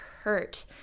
hurt